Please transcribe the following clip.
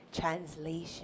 Translation